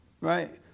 Right